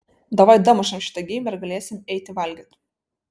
davai damušam šitą geimą ir galėsim eiti valgyt